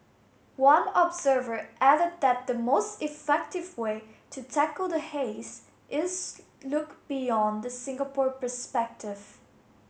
one observer added that the most effective way to tackle the haze is look beyond the Singapore perspective